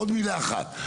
עוד מילה אחת,